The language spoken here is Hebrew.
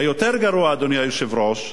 היותר-גרוע, אדוני היושב-ראש: